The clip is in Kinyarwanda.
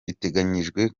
biteganyijwe